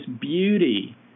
beauty